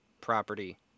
property